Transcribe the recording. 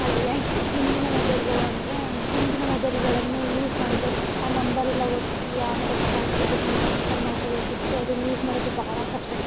ಹಳೆಯ ಹಿಂದಿನ ಮೊಬೈಲ್ಗಳು ಅಂದರೆ ಹಿಂದಿನ ಮೊಬೈಲ್ಗಳನ್ನು ಯೂಸ್ ಮಾಡಲು ಆ ನಂಬರ್ ಎಲ್ಲ ಒತ್ತಿ ಆಮೇಲೆ ಅದನ್ನ ಕ್ಯಾನ್ಸಲ್ ಬೇಕಂದರೆ ಕ್ಯಾನ್ಸಲ್ ಮಾಡ್ಕೊಬೇಕಿತ್ತು ಅದನ್ನು ಯೂಸ್ ಮಾಡೋದು ಬಹಳ ಕಷ್ಟ ಇತ್ತು